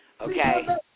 Okay